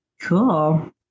Cool